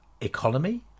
economy